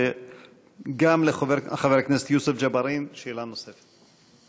וגם לחבר הכנסת יוסף ג'בארין שאלה נוספת.